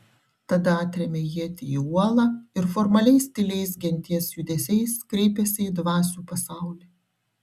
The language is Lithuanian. tada atrėmė ietį į uolą ir formaliais tyliais genties judesiais kreipėsi į dvasių pasaulį